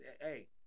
Hey